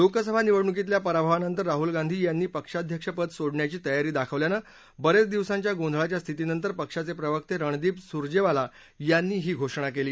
लोकसभा निवडणुकीतल्या पराभवानंतर राहूल गांधी यांनी पक्षाध्यक्ष पद सोडण्याची तयारी दाखवल्यानं बरेच दिवसाच्या गोंधळाच्या स्थिती नंतर पक्षाचे प्रवक्ते रणदीप सुरजेवाला यांनी ही घोषणा केली